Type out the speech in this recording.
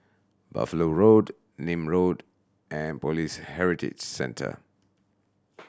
Buffalo Road Nim Road and Police Heritage Centre